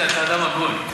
מוסי, אתה אדם הגון.